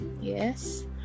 Yes